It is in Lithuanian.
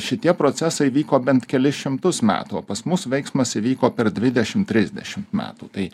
šitie procesai vyko bent kelis šimtus metų o pas mus veiksmas įvyko per dvidešim trisdešimt metų tai